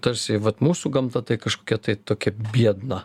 tarsi vat mūsų gamta tai kažkokia tai tokia biedna